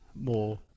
more